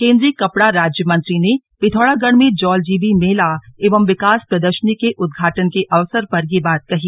केन्द्रीय कपड़ा राज्य मंत्री ने पिथौरागढ़ में जौलजीबी मेला एवं विकास प्रदर्शनी के उद्घाटन के अवसर पर ये बात कही